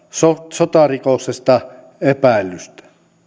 sotarikoksesta epäillystä